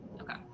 Okay